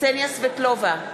קסניה סבטלובה,